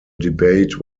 debate